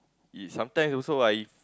it's sometime also I